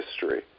history